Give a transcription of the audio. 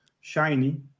shiny